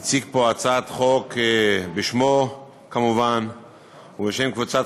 הציג פה הצעת חוק בשמו כמובן ובשם קבוצת